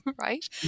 right